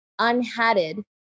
unhatted